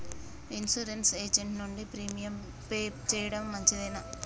Insurance agent నుండి premium pay చేయడం మంచిదేనా?